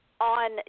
on